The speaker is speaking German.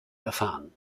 erfahren